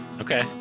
okay